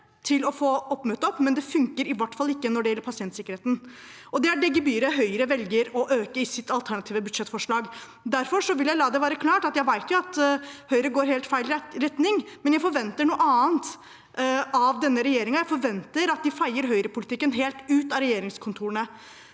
for å få oppmøtet opp, men det funker i hvert fall ikke når det gjelder pasientsikkerheten. Det er det gebyret Høyre velger å øke i sitt alternative budsjettforslag. Derfor vil jeg la det være klart at jeg vet at Høyre går i helt feil rett retning, men jeg forventer noe annet av denne regjeringen. Jeg forventer at de feier Høyre-politikken helt ut av regjeringskontorene.